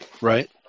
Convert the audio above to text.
Right